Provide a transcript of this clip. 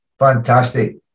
fantastic